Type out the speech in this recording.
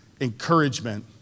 encouragement